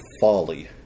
folly